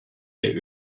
der